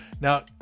Now